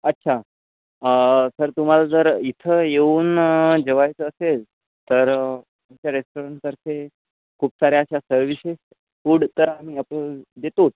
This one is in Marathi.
अच्छा सर तुम्हाला जर इथं येऊन जेवायचं असेल तर त्या रेस्टॉरंटतर्फे खूप साऱ्या अशा सर्व्हिसेस फूड तर आम्ही आपल्याला देतोच